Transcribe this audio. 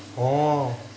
oh